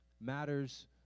matters